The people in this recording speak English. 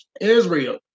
Israel